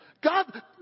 God